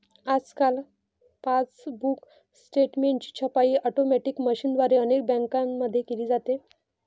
आजकाल पासबुक स्टेटमेंटची छपाई ऑटोमॅटिक मशीनद्वारे अनेक बँकांमध्ये केली जाते